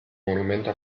monumento